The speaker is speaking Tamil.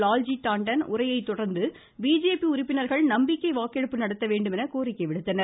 லால்ஜி டான்டன் உரையை தொடர்ந்து பிஜேபி உறுப்பினர்கள் நம்பிக்கை வாக்கெடுப்பு நடத்த வேண்டுமென கோரிக்கை விடுத்தனர்